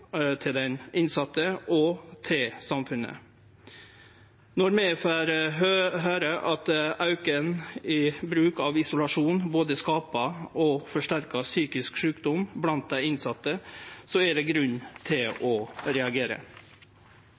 til den innsette og til samfunnet. Når vi får høyre at auken i bruk av isolasjon både skapar og forsterkar psykisk sjukdom blant dei innsette, er det grunn til å reagere.